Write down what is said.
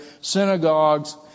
synagogues